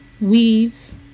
weaves